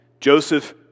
Joseph